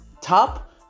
top